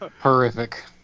horrific